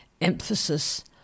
emphasis